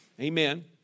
Amen